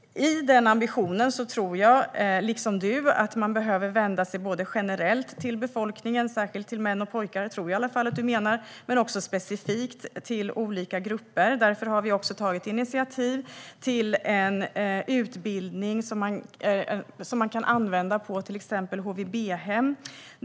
I den ambitionen tror jag liksom du att man behöver vända sig generellt till befolkningen och särskilt till män och pojkar, tror jag i varje fall att du menar, men också specifikt till olika grupper. Därför har vi också tagit initiativ till en utbildning som man kan använda på till exempel HVB-hem.